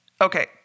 Okay